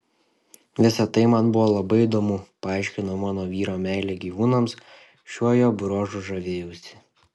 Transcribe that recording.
visa tai man buvo labai įdomu paaiškino mano vyro meilę gyvūnams šiuo jo bruožu žavėjausi